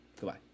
Goodbye